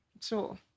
Sure